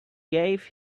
gave